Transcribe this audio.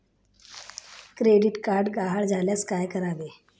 Credit card गहाळ झाल्यास काय करावे?